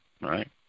right